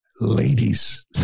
ladies